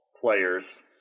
players